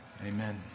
Amen